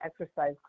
exercise